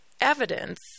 evidence